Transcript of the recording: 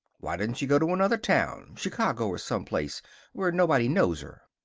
why doesn't she go to another town chicago or someplace where nobody knows her?